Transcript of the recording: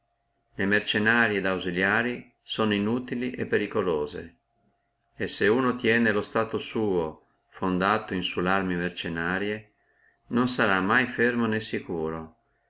le mercennarie et ausiliarie sono inutile e periculose e se uno tiene lo stato suo fondato in sulle arme mercennarie non starà mai fermo né sicuro